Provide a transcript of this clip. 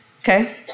Okay